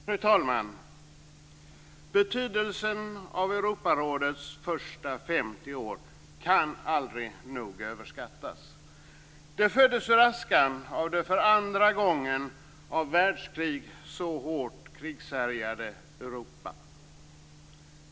Fru talman! Betydelsen av Europarådets första 50 år kan aldrig nog överskattas. Det föddes ur askan av de för andra gången av världskrig så hårt krigshärjade Europa.